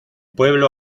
pueblo